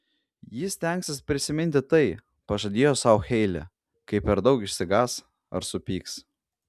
ji stengsis prisiminti tai pažadėjo sau heilė kai per daug išsigąs ar supyks